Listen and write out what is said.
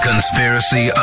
Conspiracy